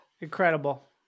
Incredible